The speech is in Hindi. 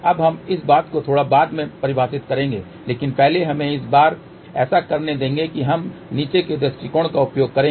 अब हम इस बात को थोड़ा बाद में परिभाषित करेंगे लेकिन पहले हमें इस बार ऐसा करने देंगे कि हम नीचे के दृष्टिकोण का उपयोग करेंगे